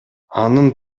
анын